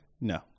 No